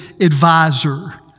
advisor